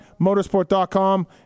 Motorsport.com